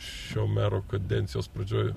šio mero kadencijos pradžioj